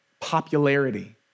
Popularity